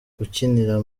ukinira